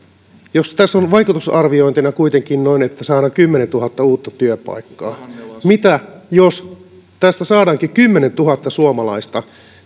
tässä on vaikutusarviointina kuitenkin että saadaan noin kymmenentuhatta uutta työpaikkaa mitä jos saadaankin kymmenentuhatta suomalaista